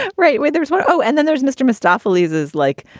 but right where there's one. oh, and then there's mr. moustafa lees's like,